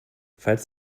falls